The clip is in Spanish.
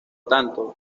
tanto